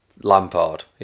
Lampard